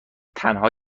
تنها